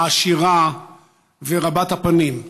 העשירה ורבת-הפנים.